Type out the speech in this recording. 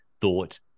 thought